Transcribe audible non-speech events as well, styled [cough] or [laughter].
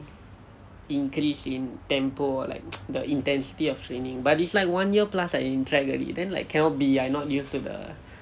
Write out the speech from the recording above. increase in tempo like [noise] the intensity of training but it's like one year plus I in track already then like cannot be I not use to the